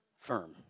Firm